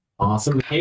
Awesome